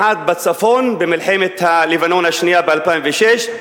אחד בצפון במלחמת הלבנון השנייה ב-2006,